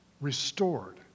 restored